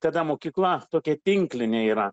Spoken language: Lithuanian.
kada mokykla tokia tinklinė yra